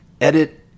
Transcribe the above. edit